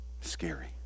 Scary